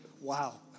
Wow